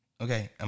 Okay